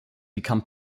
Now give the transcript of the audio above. become